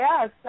yes